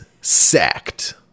Sacked